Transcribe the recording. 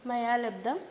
मया लब्धम्